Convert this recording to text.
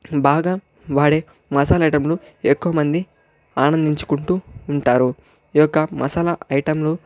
బాగా వాడే మసాలా ఐటెంలు ఎక్కువమంది ఆనందించుకుంటూ ఉంటారు ఈ యొక్క మసాలా ఐటెంలు